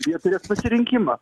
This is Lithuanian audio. jie turės pasirinkimą